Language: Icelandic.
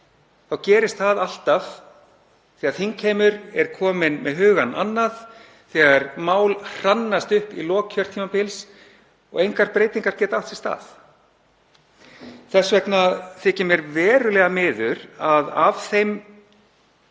er það alltaf gert þegar þingheimur er kominn með hugann annað, þegar mál hrannast upp í lok kjörtímabils og engar breytingar geta átt sér stað. Þess vegna þykir mér verulega miður að af þeim